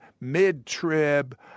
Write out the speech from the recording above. mid-trib